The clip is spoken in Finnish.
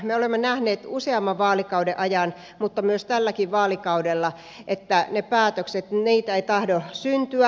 me olemme nähneet useamman vaalikauden ajan mutta myös tälläkin vaalikaudella että niitä päätöksiä ei tahdo syntyä